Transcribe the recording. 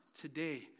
today